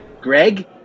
Greg